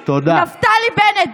Naftali Bennett,